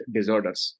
Disorders